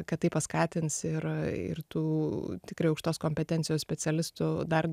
kad tai paskatins ir ir tų tikrai aukštos kompetencijos specialistų dar